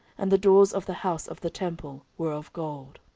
and the doors of the house of the temple, were of gold.